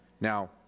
Now